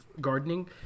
gardening